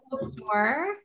Store